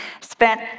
spent